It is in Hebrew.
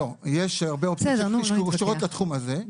יש הרבה אופציות שקשורות לתחום הזה.